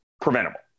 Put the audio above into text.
preventable